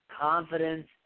confidence